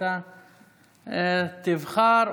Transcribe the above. אתה תבחר,